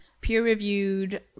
peer-reviewed